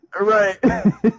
Right